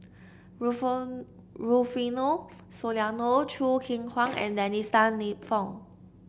Rufo Rufino Soliano Choo Keng Kwang and Dennis Tan Lip Fong